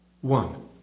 One